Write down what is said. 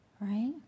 right